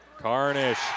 Carnish